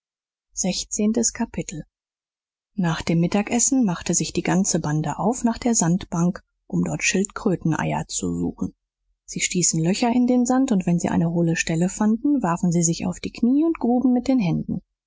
sechzehntes kapitel nach dem mittagessen machte sich die ganze bande auf nach der sandbank um dort schildkröteneier zu suchen sie stießen löcher in den sand und wenn sie eine hohle stelle fanden warfen sie sich auf die knie und gruben mit den händen